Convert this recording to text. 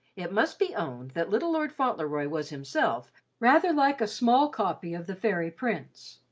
it must be owned that little lord fauntleroy was himself rather like a small copy of the fairy prince,